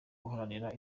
uharanira